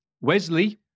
Wesley